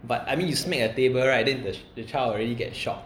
but I mean you smack a table right then the child already get shock